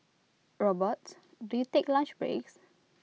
robots do you take lunch breaks